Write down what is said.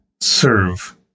serve